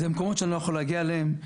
אני לא רוצה להסתובב עם זה עליי.